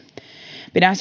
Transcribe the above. pidän